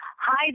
Hi